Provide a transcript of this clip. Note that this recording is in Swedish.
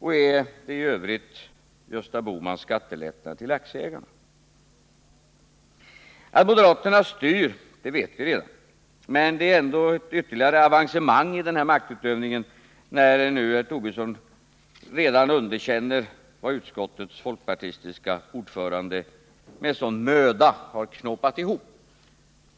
Är det i övrigt Gösta Bohmans skattelättnader till aktieägarna? Att moderaterna styr vet vi redan, men det är ändå ett ytterligare avancemang i denna maktutövning, när herr Tobisson redan nu underkänner vad finansutskottets folkpartistiske ordförande med sådan möda har knåpat ihop.